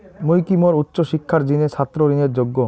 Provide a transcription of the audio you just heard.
মুই কি মোর উচ্চ শিক্ষার জিনে ছাত্র ঋণের যোগ্য?